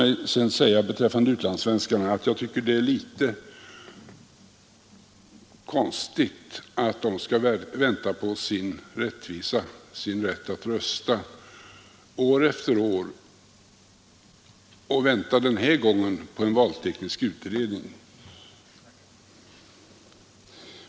Vad sedan angår utlandssvenskarna vill jag säga att jag tycker det är litet konstigt att de skall vara tvungna att vänta på sin rätt att rösta år efter år, och denna gång skall de vänta på en valteknisk utredning.